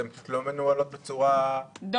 הן פשוט לא מנוהלות בצורה עניינית בעיניי.